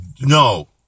no